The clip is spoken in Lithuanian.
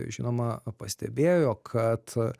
žinoma pastebėjo kad